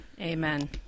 amen